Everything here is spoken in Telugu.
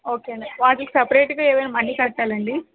ఓకే అండి వాట్లికి సపరేట్గా ఏమైనా మనీ కట్టాలా అండి